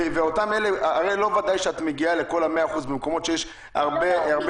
לא בטוח שאנחנו מגיעים ל-100% של הילדים.